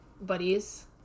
buddies